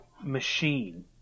machine